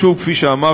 שוב, כפי שאמרתי,